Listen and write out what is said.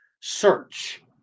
search